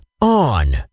on